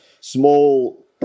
small